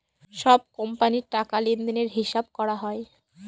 সব কোম্পানির টাকা লেনদেনের হিসাব করা হয়